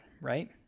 right